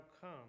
come